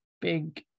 big